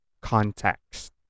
context